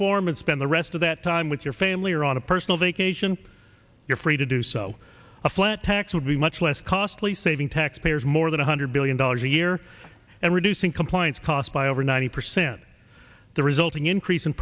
form and spend the rest of that time with your family or on a personal vacation you're free to do so a flat tax would be much less costly saving taxpayers more than one hundred billion dollars a year and reducing compliance costs by over ninety percent the resulting increase in